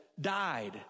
died